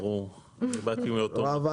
המטרה היא